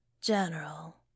General